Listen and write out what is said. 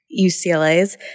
UCLA's